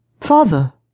Father